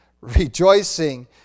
rejoicing